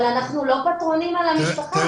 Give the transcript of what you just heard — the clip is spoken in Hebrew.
אבל אנחנו לא פטרונים על המשפחה.